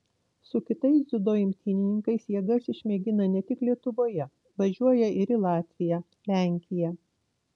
su kitais dziudo imtynininkais jėgas išmėgina ne tik lietuvoje važiuoja ir į latviją lenkiją